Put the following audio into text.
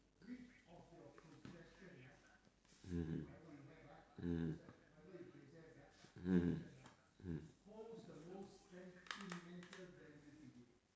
mmhmm mmhmm mmhmm mm